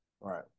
right